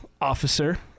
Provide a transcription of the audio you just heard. officer